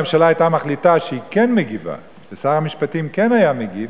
הממשלה היתה מחליטה שהיא כן מגיבה ושר המשפטים כן היה מגיב,